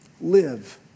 live